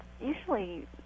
usually